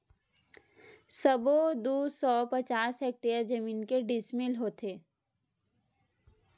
सबो दू सौ पचास हेक्टेयर जमीन के डिसमिल होथे?